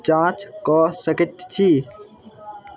जाँच कऽ सकै छी